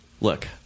look